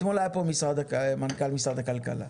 אתמול היה כאן מנכ"ל משרד הכלכלה.